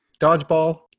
Dodgeball